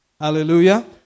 Hallelujah